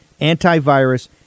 antivirus